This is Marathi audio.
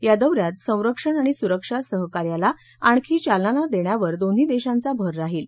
या दौऱ्यात संरक्षण आणि सुरक्षा सहकार्याला आणखी चालना देण्यावर दोन्ही देशांचा भर राहील